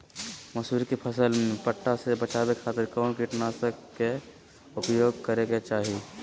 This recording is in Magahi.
मसूरी के फसल में पट्टा से बचावे खातिर कौन कीटनाशक के उपयोग करे के चाही?